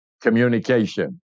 communication